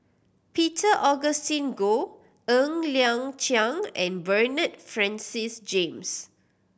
Peter Augustine Goh Ng Liang Chiang and Bernard Francis James